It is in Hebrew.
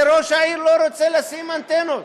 וראש העיר לא רוצה לשים אנטנות.